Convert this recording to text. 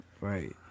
right